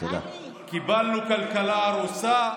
קיבלנו כלכלה הרוסה,